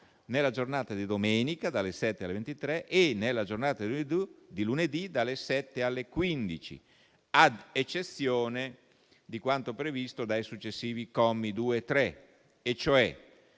nella giornata di domenica, dalle ore 7 alle ore 23, e nella giornata di lunedì, dalle ore 7 alle ore 15, ad eccezione di quanto previsto dai successivi commi 2 e 3. Nello